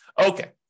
Okay